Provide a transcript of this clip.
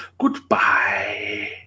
goodbye